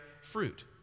fruit